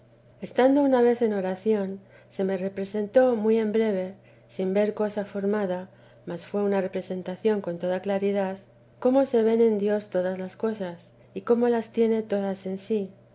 estando una vez en oración se me representó muy en breve sin ver cosa formada mas fué una representación con toda claridad cómo se ven en dios todas las cosas y cómo las tiene todas en sí